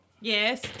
Yes